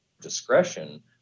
discretion